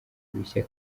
bishya